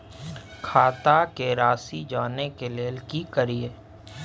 खाता के राशि जानय के लेल की करिए?